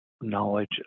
knowledge